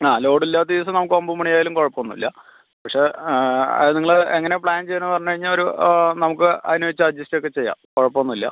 ആ ലോഡ് ഇല്ലാത്ത ദിവസം നമുക്ക് ഒമ്പതുമണി ആയാലും കുഴപ്പം ഒന്നും ഇല്ല പക്ഷെ അത് നിങ്ങൾ എങ്ങനെയാണ് പ്ലാൻ ചെയ്യുന്നതെന്ന് പറഞ്ഞു കയിഞ്ഞാൽ ഒരു നമുക്ക് അതിനെ വച്ച് അഡ്ജസ്റ്റ് ഒക്കെ ചെയ്യാം കുഴപ്പം ഒന്നും ഇല്ല